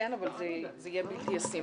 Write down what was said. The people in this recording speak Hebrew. כן, אבל זה יהיה בלתי ישים.